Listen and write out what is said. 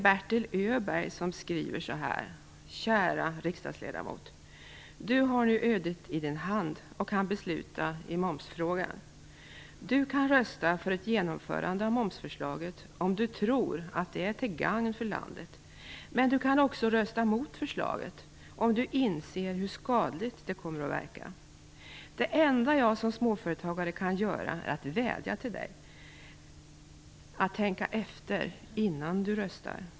Bertel Öberg skriver följande: "Kära riksdagsledamot! Du har nu ödet i Din hand och kan besluta i momsfrågan. Du kan rösta för ett genomförande av momsförslaget, om Du tror att det är till gagn för landet, men Du kan också rösta mot förslaget, om Du inser hur skadligt det kommer att verka. Det enda jag som småföretagare kan göra är att vädja till Dig, riksdagsledamot, att tänka efter, innan du röstar.